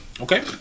Okay